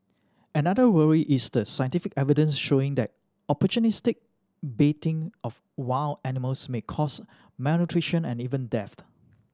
another worry is the scientific evidence showing that opportunistic baiting of wild animals may cause malnutrition and even death